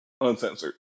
uncensored